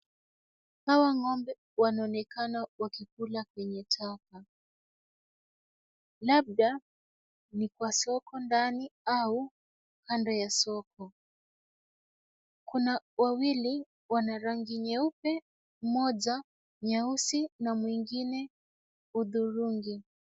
Hawa ng'ombe wanaonekana wakikula kwenye taka. Labda ni kwa soko ndani au kando ya soko. Kuna wawili wana rangi nyeupe, moja nyeusi na mwingine hudhurungi.